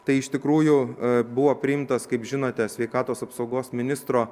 tai iš tikrųjų buvo priimtas kaip žinote sveikatos apsaugos ministro